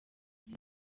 ziri